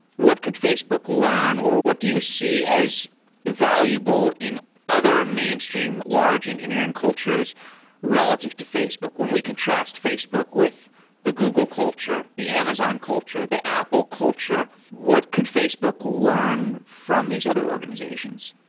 what could facebook learn or what do you see as valuable in other mainstream large engineering cultures relative to facebook when we contrast facebook with the google culture, the amazon culture, the apple culture? what could facebook learn from these other organizations?